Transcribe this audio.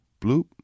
bloop